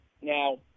Now